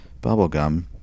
Bubblegum